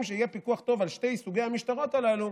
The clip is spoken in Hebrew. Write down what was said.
שיהיה פיקוח טוב על שני סוגי המשטרות הללו,